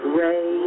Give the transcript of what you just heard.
ray